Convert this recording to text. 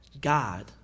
God